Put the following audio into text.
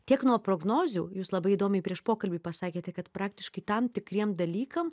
tiek nuo prognozių jūs labai įdomiai prieš pokalbį pasakėte kad praktiškai tam tikriem dalykam